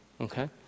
Okay